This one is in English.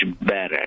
better